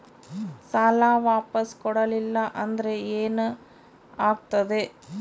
ಸಾಲ ವಾಪಸ್ ಕೊಡಲಿಲ್ಲ ಅಂದ್ರ ಏನ ಆಗ್ತದೆ?